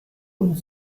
und